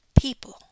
people